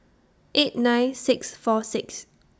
eight nine six four six